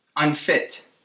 unfit